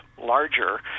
larger